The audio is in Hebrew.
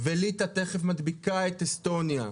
וליטא תכף מדביקה את אסטוניה,